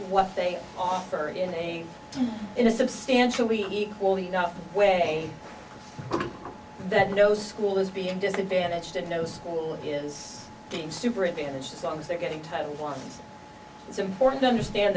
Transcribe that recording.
what they offer in a in a substantial equally no way that no school is being disadvantaged no school is being super advantaged songs they're getting title one it's important to understand